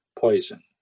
poison